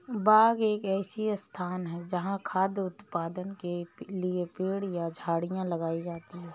बाग एक ऐसा स्थान है जहाँ खाद्य उत्पादन के लिए पेड़ या झाड़ियाँ लगाई जाती हैं